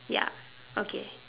ya okay